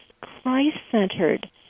Christ-centered